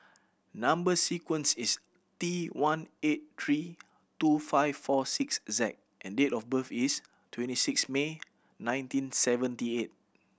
number sequence is T one eight three two five four six Z and date of birth is twenty six May nineteen seventy eight